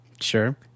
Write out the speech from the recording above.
Sure